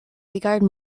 regard